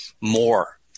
more